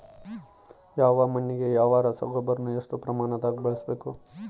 ಯಾವ ಮಣ್ಣಿಗೆ ಯಾವ ರಸಗೊಬ್ಬರವನ್ನು ಎಷ್ಟು ಪ್ರಮಾಣದಾಗ ಬಳಸ್ಬೇಕು?